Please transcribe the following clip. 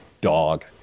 dog